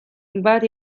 bat